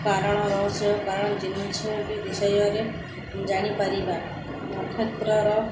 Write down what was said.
କାରଣ ରହସ୍ୟ କାରଣ ଜିନିଷ ବି ବିଷୟରେ ଜାଣିପାରିବା ନକ୍ଷତ୍ରର